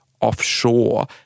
offshore